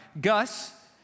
Gus